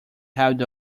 held